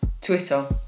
Twitter